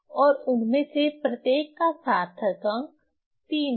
और उनमें से प्रत्येक का सार्थक अंक 3 है